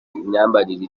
imyambarire